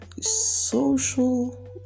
social